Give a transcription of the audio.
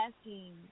asking